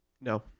No